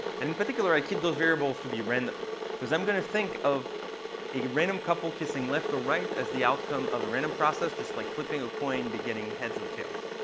and in particular, i keep those variables to be random because i'm going to think of a random couple kissing left to right as the outcome of a random process, just like flipping a coin be getting heads or tails.